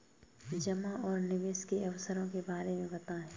जमा और निवेश के अवसरों के बारे में बताएँ?